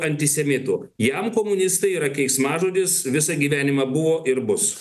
antisemitų jam komunistai yra keiksmažodis visą gyvenimą buvo ir bus